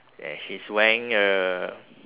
yeah she's wearing a